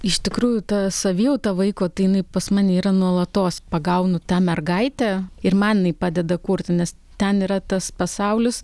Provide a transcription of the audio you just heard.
iš tikrųjų ta savijauta vaiko tai jinai pas mane yra nuolatos pagaunu tą mergaitę ir man inai padeda kurti nes ten yra tas pasaulis